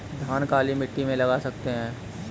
धान काली मिट्टी में लगा सकते हैं?